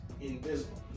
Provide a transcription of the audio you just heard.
invisible